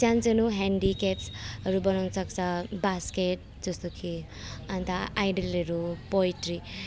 सानोसानो हेन्डिक्याप्सहरू बनाउनसक्छ बास्केट जस्तो कि अन्त आइडलहरू पोट्री